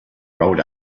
rode